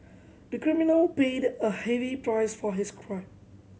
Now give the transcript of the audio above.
the criminal paid a heavy price for his crime